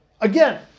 again